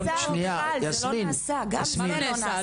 זה לא נעשה מיכל, גם זה לא נעשה.